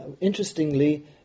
Interestingly